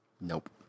Nope